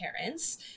parents